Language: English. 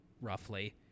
roughly